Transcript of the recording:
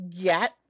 get